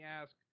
ask